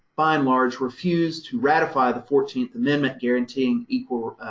by and large, refused to ratify the fourteenth amendment, guaranteeing equal,